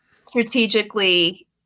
strategically